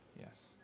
Yes